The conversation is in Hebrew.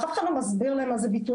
אף אחד לא מסביר להם מה זה ביטוח,